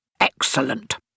Excellent